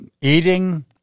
eating